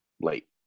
late